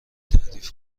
تعریف